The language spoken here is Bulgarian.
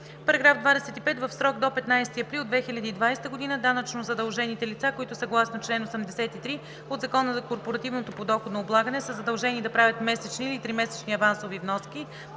§ 25: „§ 25. В срок до 15 април 2020 г. данъчнозадължените лица, които съгласно чл. 83 от Закона за корпоративното подоходно облагане са задължени да правят месечни или тримесечни авансови вноски,